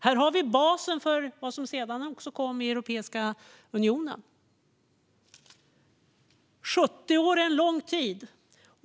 Här har vi basen för vad som sedan kom med Europeiska unionen. De 70 åren är en lång tid.